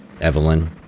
Evelyn